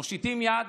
מושיטים יד,